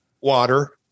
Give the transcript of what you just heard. water